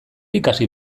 ikasi